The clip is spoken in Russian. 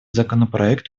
законопроект